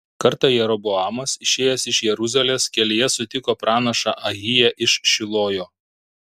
kartą jeroboamas išėjęs iš jeruzalės kelyje sutiko pranašą ahiją iš šilojo